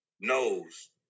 Knows